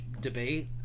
debate